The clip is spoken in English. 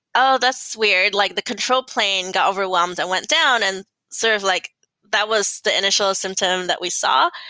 oh! that's weird. like the control plane got overwhelmed and went down and sort of like that was the initial symptom that we saw.